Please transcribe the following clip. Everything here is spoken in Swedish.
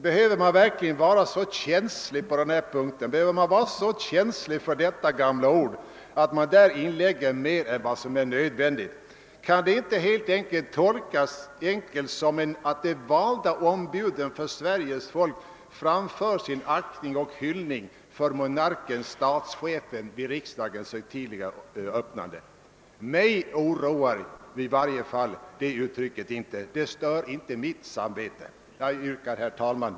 Behöver man verkligen vara så känslig på denna punkt, behöver man vara så känslig för detta gamla ord att man däri inlägger mer än vad som är nödvändigt? Kan det inte tolkas helt enkelt så att de valda ombuden för Sveriges folk betygar sin aktning för och hyllning till monarken-statschefen vid riksdagens högtidliga öppnande? Mig oroar i varje fall inte det uttrycket. Det stör inte mitt samvete. Herr talman!